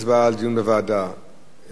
היכן, ועדת הכנסת תחליט.